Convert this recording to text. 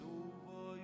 over